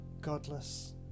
godless